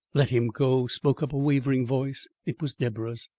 let him go, spoke up a wavering voice. it was deborah's.